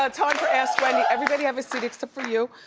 ah time for ask wendy. everybody have a seat except for you.